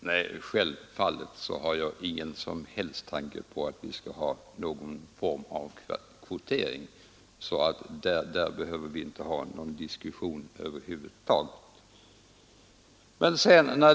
Herr talman! Nej, självfallet har jag inga som helst tankar på någon form av kvotering. På den punkten behöver vi inte ha någon diskussion över huvud taget.